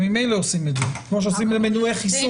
ממילא אתם עושים את זה, כמו שעושים למנועי חיסון.